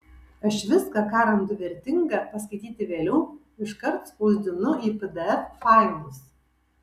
aš viską ką randu vertinga paskaityti vėliau iškart spausdinu į pdf failus